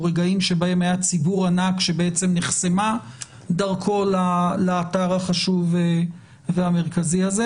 או רגעים שבהם היה ציבור ענק שבעצם נחסמה דרכו לאתר החשוב והמרכזי הזה?